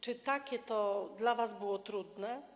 Czy takie to dla was było trudne?